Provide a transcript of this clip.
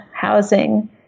housing